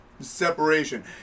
separation